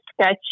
sketch